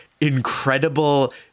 incredible